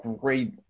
great